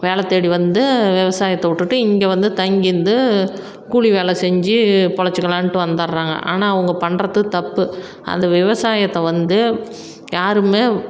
வேலை தேடி வந்து விவசாயத்தை விட்டுட்டு இங்கே வந்து தங்கிருந்து கூலி வேலை செஞ்சு பிலச்சிக்கலான்ட்டு வந்துர்றாங்க ஆனால் அவங்க பண்ணுறது தப்பு அந்த விவசாயத்தை வந்து யாருமே